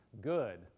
good